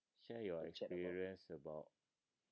share your experience about